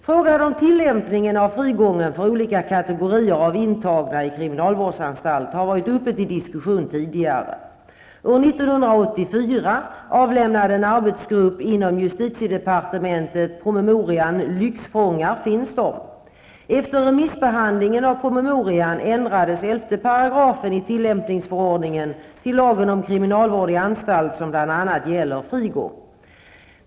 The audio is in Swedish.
Frågan om tillämpningen av frigången för olika kategorier av intagna i kriminalvårdsanstalt har varit uppe till diskussion tidigare. År 1984 i tillämpningsförordningen till lagen om kriminalvård i anstalt som bl.a. gäller frigång.